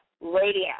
radio